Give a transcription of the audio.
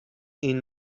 این